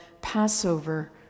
Passover